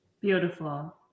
Beautiful